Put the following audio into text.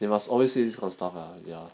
they must always say this kind of stuff ah ya